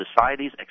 society's